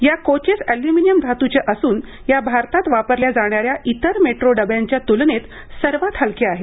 या coaches aluminium धातूच्या असून या भारतात वापरल्या जाणाऱ्या इतर मेट्रो डब्यांच्या तुलनेत सर्वात हलक्या आहेत